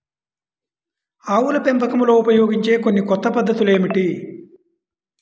ఆవుల పెంపకంలో ఉపయోగించే కొన్ని కొత్త పద్ధతులు ఏమిటీ?